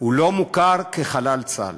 הוא לא מוכר כחלל צה"ל,